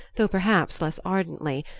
though perhaps less ardently,